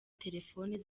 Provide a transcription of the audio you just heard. telefone